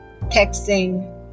texting